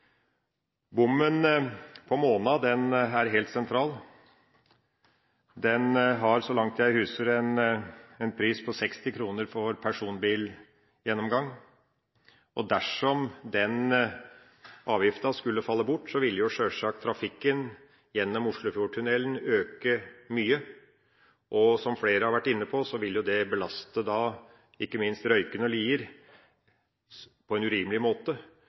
Bommen på Måna er helt sentral. Den har – så langt jeg husker – en pris på 60 kr for personbilgjennomgang. Dersom den avgiften skulle falle bort, ville sjølsagt trafikken gjennom Oslofjordtunnelen øke mye, og som flere har vært inne på, ville det belaste ikke minst Røyken og Lier på en urimelig måte.